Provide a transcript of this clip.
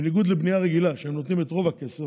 בניגוד לבנייה רגילה, שהם נותנים את רוב הכסף.